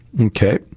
okay